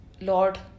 Lord